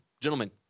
Gentlemen